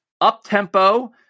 up-tempo